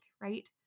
right